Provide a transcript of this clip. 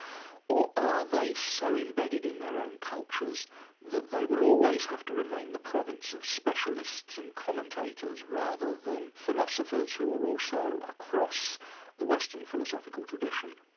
or are they so embedded in their own cultures that they will always have to remain the province of specialists and commentators rather than philosophers who are also across the western philosophical tradition?